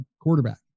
quarterback